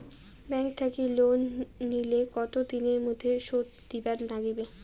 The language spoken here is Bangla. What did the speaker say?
ব্যাংক থাকি লোন নিলে কতো দিনের মধ্যে শোধ দিবার নাগিবে?